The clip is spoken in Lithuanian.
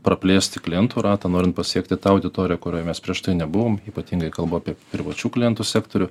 praplėsti klientų ratą norint pasiekti tą auditoriją kurioj mes prieš tai nebuvom ypatingai kalbu apie privačių klientų sektorių